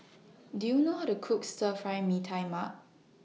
Do YOU know How to Cook Stir Fry Mee Tai Mak